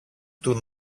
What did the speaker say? του